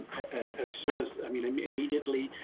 and as soon as i mean, immediately,